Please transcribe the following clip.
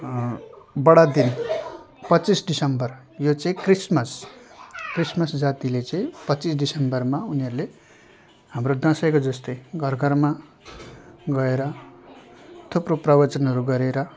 बडादिन पच्चिस दिसम्बर यो चाहिँ क्रिसमस क्रिसमस जातिले चाहिँ पच्चिस दिसम्बरमा उनीहरूले हाम्रो दसैँको जस्तै घर घरमा गएर थुप्रो प्रवचनहरू गरेर